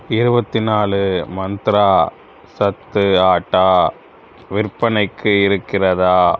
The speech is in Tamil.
இருபத்தி நாலு மந்த்ரா சத்து ஆட்டா விற்பனைக்கு இருக்கிறதா